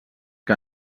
que